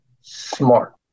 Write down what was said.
smart